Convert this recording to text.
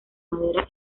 madera